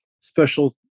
special